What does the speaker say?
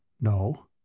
No